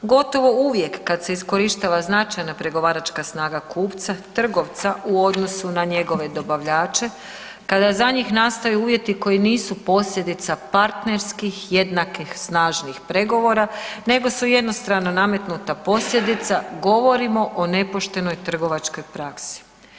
Gotovo uvijek kad se iskorištava značajna pregovaračka snaga kupca-trgovca u odnosu na njegove dobavljače, kada za njih nastaju uvjeti koji nisu posljedica partnerskih jednakih snažnih pregovora nego su jednostrano nametnuta posljedica, govorimo o nepoštenoj trgovačkoj praksi.